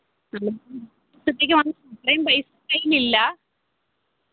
അത്രയും പൈസ കയ്യിലില്ല